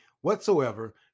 whatsoever